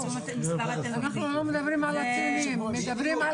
אנחנו לא מדברים על הכלים אלא מדברים על